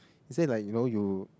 he said like you know you